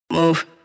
Move